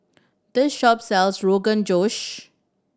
this shop sells Rogan Josh